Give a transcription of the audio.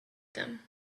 them